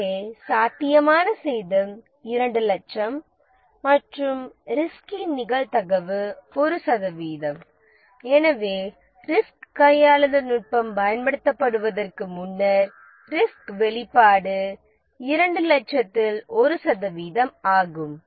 எனவே சாத்தியமான சேதம் 200000 மற்றும் ரிஸ்கின் நிகழ்தகவு 1 சதவீதம் எனவே ரிஸ்க் கையாளுதல் நுட்பம் பயன்படுத்தப்படுவதற்கு முன்னர் ரிஸ்க் வெளிப்பாடு 200000 இல் 1 சதவிகிதம் ஆகும்